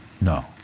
No